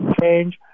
change